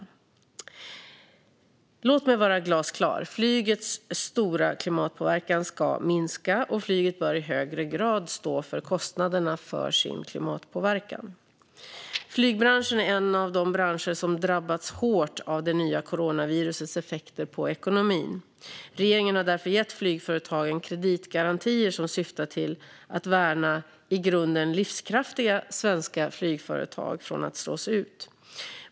Låt mig vara glasklar - flygets stora klimatpåverkan ska minska, och flyget bör i högre grad stå för kostnaderna för sin klimatpåverkan. Flygbranschen är en av de branscher som drabbats hårt av det nya coronavirusets effekter på ekonomin. Regeringen har därför gett flygföretagen kreditgarantier som syftar till att värna i grunden livskraftiga svenska flygföretag från att slås ut.